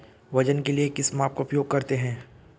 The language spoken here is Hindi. वजन के लिए किस माप का उपयोग करते हैं?